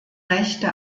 rechte